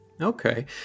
Okay